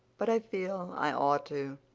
but i feel i ought to